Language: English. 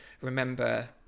remember